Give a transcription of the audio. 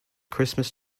christmas